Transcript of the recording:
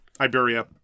Iberia